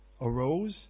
arose